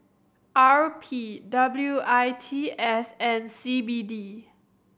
R P W I T S and C B D